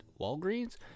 Walgreens